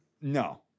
no